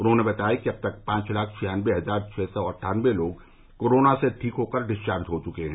उन्होंने बताया कि अब तक पांच लाख छियान्नबे हजार छह सौ अट्ठान्नबे लोग कोरोना से ठीक होकर डिस्चार्ज हो चुके हैं